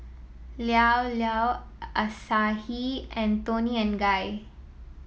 Llao Llao Asahi and Toni and Guy